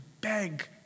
beg